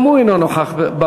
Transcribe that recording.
גם הוא אינו נוכח במליאה.